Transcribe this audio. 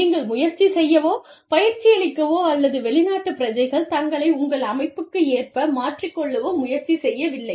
நீங்கள் முயற்சி செய்யவோ பயிற்சியளிக்கவோ அல்லது வெளிநாட்டுப் பிரஜைகள் தங்களை உங்கள் அமைப்புக்கு ஏற்ப மாற்றிக் கொள்ளவோ முயற்சி செய்யவில்லை